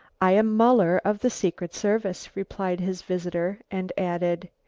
i am muller of the secret service, replied his visitor and added,